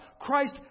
Christ